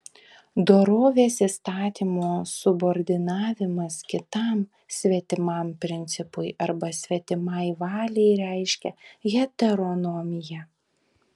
dorovės įstatymo subordinavimas kitam svetimam principui arba svetimai valiai reiškia heteronomiją